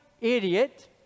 idiot